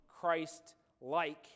Christ-like